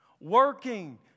working